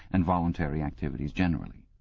and voluntary activities generally.